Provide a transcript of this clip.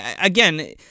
again